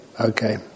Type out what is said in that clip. Okay